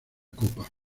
copa